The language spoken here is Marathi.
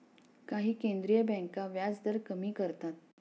काही केंद्रीय बँका व्याजदर कमी करतात